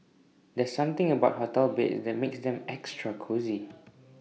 there's something about hotel beds that makes them extra cosy